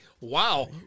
Wow